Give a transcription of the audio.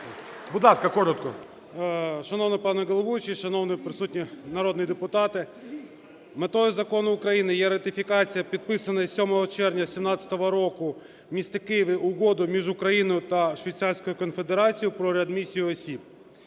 СОКОЛЮК М.Ю. Шановний пане головуючий, шановні присутні народні депутати! Метою закону України є ратифікація, підписана 7 червня 17-го року у місті Києві, Угоди між Україною та Швейцарською Конфедерацією про реадмісію осіб.